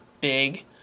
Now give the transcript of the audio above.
big